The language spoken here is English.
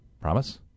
Promise